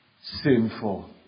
sinful